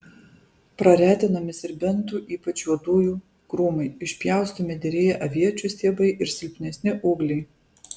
praretinami serbentų ypač juodųjų krūmai išpjaustomi derėję aviečių stiebai ir silpnesni ūgliai